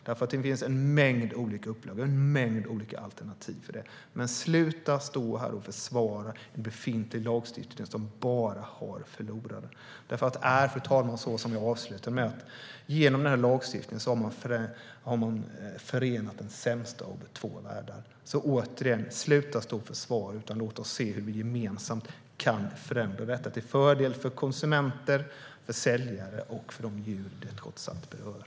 Det finns en mängd olika upplägg och en mängd olika alternativ. Men sluta stå här och försvara en befintlig lagstiftning som bara har förlorare! Fru talman! Det är som jag sa i slutet av mitt huvudanförande: Genom denna lagstiftning har man förenat det sämsta av två världar. Sluta försvara detta, och låt oss i stället se hur vi gemensamt kan förändra detta till fördel för konsumenter, säljare och de djur det trots allt berör.